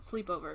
sleepover